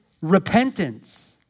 repentance